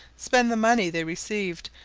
spend the money they received,